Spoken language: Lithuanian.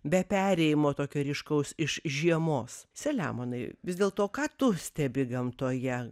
be perėjimo tokio ryškaus iš žiemos selemonai vis dėl to ką tu stebi gamtoje